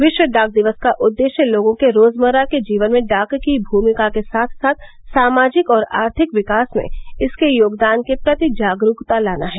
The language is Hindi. विश्व डाक दिवस का उद्देश्य लोगों के रोजमर्रा के जीवन में डाक की भूमिका के साथ सामाजिक और आर्थिक विकास में इसके योगदान के प्रति जागरूकता लाना है